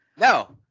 No